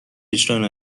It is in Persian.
اجرا